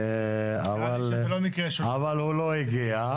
אבל הוא לא הגיע.